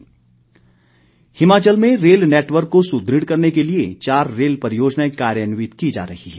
वीरेन्द्र कश्यप हिमाचल में rail network को सुदृढ़ करने के लिए चार रेल परियोजनाएं कार्यान्वित की जा रही है